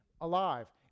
alive